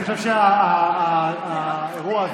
אני חושב שהאירוע הזה לא ממש מכובד.